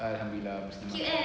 alhamdulillah muslimah